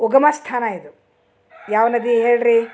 ಉಗಮ ಸ್ಥಾನ ಇದು ಯಾವ ನದಿ ಹೇಳ್ರಿ